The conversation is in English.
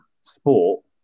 sport